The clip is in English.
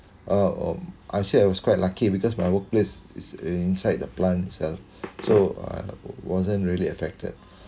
uh um I said I was quite lucky because my workplace is inside the plant itself so I wasn't really affected